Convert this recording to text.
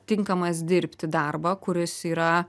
tinkamas dirbti darbą kuris yra